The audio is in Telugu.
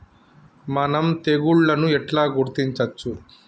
మనం తెగుళ్లను ఎట్లా గుర్తించచ్చు?